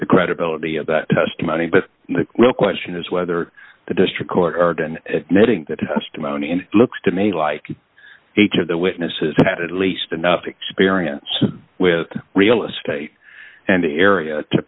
the credibility of that testimony but the real question is whether the district court admitting that testimony and looks to me like each of the witnesses had at least enough experience with real estate and the area to